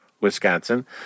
Wisconsin